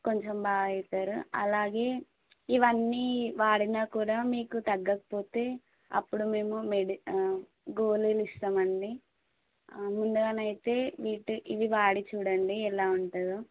కొంచెం బాగా అవుతారు అలాగే ఇవన్నీ వాడిన కూడా తగ్గకపోతే అప్పుడు మేము మెడి గోలీలు ఇస్తామ అండి ముందుగా అయితే ఇవి వాడి చూడండి ఎలా ఉంటుందో